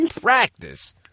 practice